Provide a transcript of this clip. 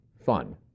fun